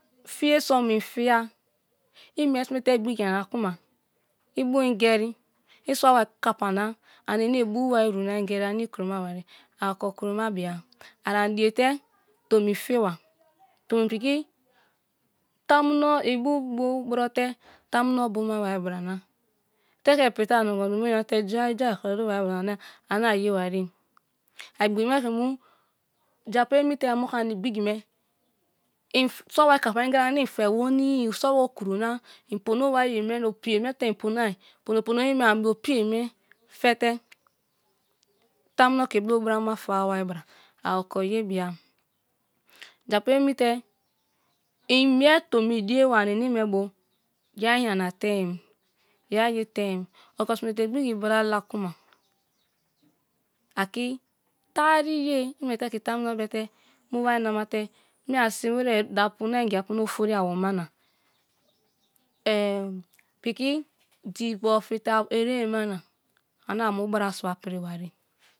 Fiye so mia fiya imie sune te̠ egbigi yana kuma ibu ingeri, isua wa kapa na ani éné bu̠u wai itu na ingeri ane ikruro ma wariye a oko kuroma bia, arani die te̠ tomi fiwa tomi piki ibu bu barrote tamuno boma wari brana teke ipri te a nogo dumo gamate jai jai kori wai bra na ane aye wariye japu emi te̠ moku ani igbigi me̠ in̄ sua wai kapa inyeri ane infè wenìí in sua wai okuro na, in powowai ye mena pono pono ye me ani be opiye me fe̠ te̠ tamuno ke bio brama tawa bra a okoye bia. Ja pu emi te̠ in mie tomi díewa ani ene me bu, yeri yama tein, yeri ye tein oko sime te egbigi uora la ku ma tariye imiete ke tamuno bete̦ mu wari nama te, mi asi̱n wirè da apu na ingi apu na ofori awo̱ma na piki diḇo fita érémema na ane a mu bra sua pri watè